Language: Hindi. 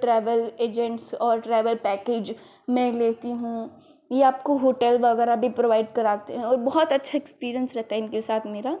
ट्रैवल एजेंट्स और ट्रैवल पैकेज मैं लेती हूँ ये आपको होटल वगैरह भी प्रोवाइड कराते हैं और बहुत अछा एक्सपीरियंस रहता है इनके साथ मेरा